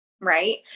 Right